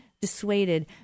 dissuaded